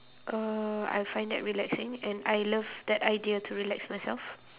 uhh I find that relaxing and I love that idea to relax myself